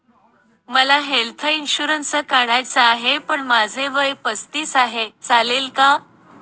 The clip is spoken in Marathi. मला हेल्थ इन्शुरन्स काढायचा आहे पण माझे वय पस्तीस आहे, चालेल का?